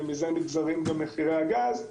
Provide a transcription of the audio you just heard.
ומזה גם נגזרים מחירי הגז.